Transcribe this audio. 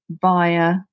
via